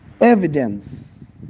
evidence